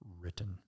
written